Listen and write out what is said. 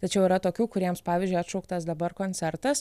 tačiau yra tokių kuriems pavyzdžiui atšauktas dabar koncertas